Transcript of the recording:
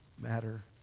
matter